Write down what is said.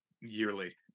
yearly